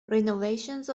renovations